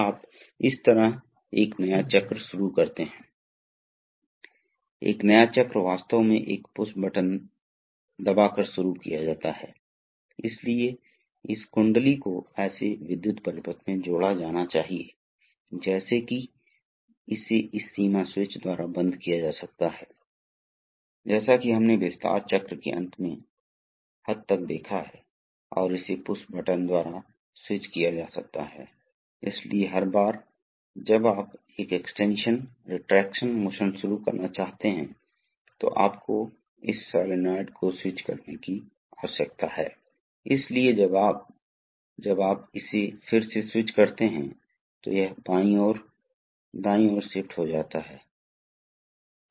अब कौन पंप चलाता है पंप खुद से ऊर्जा उत्पन्न नहीं कर सकता है इसलिए पंप को किसी अन्य माध्यम से फिर से जेनेरेट करना पड़ता है कभी कभी यह एक विद्युत मोटर होता है जो हाइड्रोलिक पंप को चलाएगा कभी कभी विशेष रूप से आप जानते हैं कि हाइड्रोलिक्स का उपयोग बहुत अधिक किया जाता है एयरोस्पेस अनुप्रयोगों में कभी कभी आप इंजन के साथ जोड़ी बना सकते हैं मेरा मतलब है कि शायद कुछ गैस इंजन गैस से निकल के बेहने लगे और फिर एक विशेष प्रकार की मोटर चलाएं जो पंप को स्थानांतरित करेगा